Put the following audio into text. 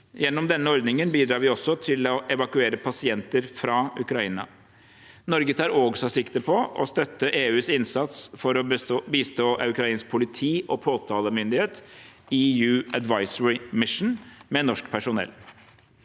Gjennom denne ordningen bidrar vi også til å evakuere pasienter fra Ukraina. Norge tar også sikte på å støtte EUs innsats for å bistå ukrainsk politi og påtalemyndighet, EU Advisory Mission, med norsk personell.